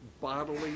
bodily